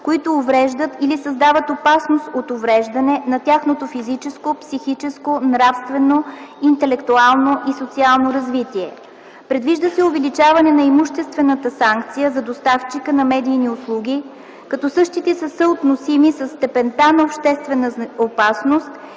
които увреждат или създават опасност от увреждане на тяхното физическо, психическо, нравствено, интелектуално или социално развитие. 2. Предвижда се увеличаване на имуществената санкция за доставчика на медийни услуги, като същите са съотносими със степента на обществена опасност